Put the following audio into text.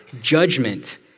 judgment